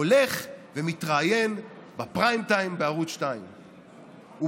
הולך ומתראיין ב"פריים טיים" בערוץ 2. הוא